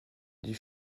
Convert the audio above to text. des